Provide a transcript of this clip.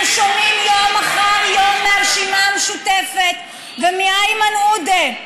אנחנו שומעים יום אחר יום מהרשימה המשותפת ומאיימן עודה,